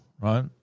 Right